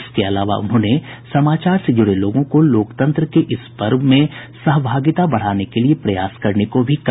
इसके अलावा उन्होंने समाचार से जुड़े लोगों को लोकतंत्र के इस पर्व में सहभागिता बढ़ाने के लिये प्रयास करने को भी कहा